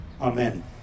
Amen